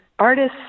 Artists